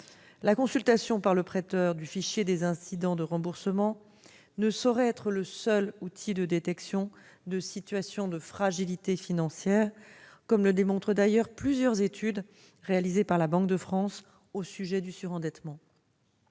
La consultation par le prêteur du fichier des incidents de remboursement ne saurait être le seul outil de détection des situations de fragilité financière, comme le démontrent plusieurs études de la Banque de France sur le surendettement.